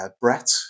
Brett